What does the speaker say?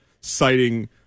citing